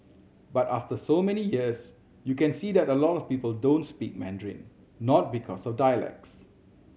but after so many years you can see that a lot of people don't speak Mandarin not because of dialects